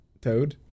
Toad